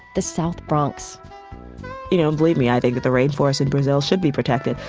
the south bronx you know, believe me, i think that the rainforests in brazil should be protected,